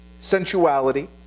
sensuality